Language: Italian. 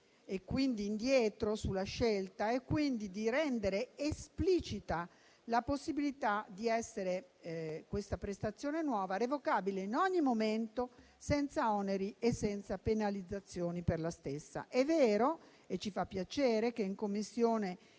tornare indietro sulla scelta e si renda esplicita la possibilità che questa nuova prestazione sia revocabile in ogni momento, senza oneri e penalizzazioni per la stessa. È vero e ci fa piacere che in Commissione